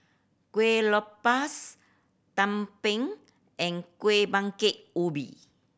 Kueh Lopes tumpeng and Kueh Bingka Ubi